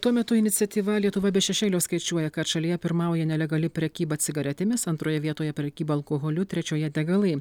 tuo metu iniciatyva lietuva be šešėlio skaičiuoja kad šalyje pirmauja nelegali prekyba cigaretėmis antroje vietoje prekyba alkoholiu trečioje degalai